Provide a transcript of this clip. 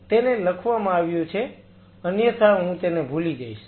તેને લખવામાં આવ્યું છે અન્યથા હું તેને ભૂલી જઈશ